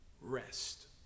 rest